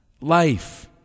Life